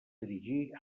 dirigir